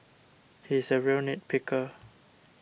he is a real nit picker